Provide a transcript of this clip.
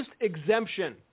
exemption